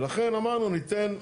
ולכן אמרנו ניתן,